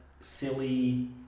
silly